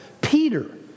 Peter